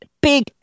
big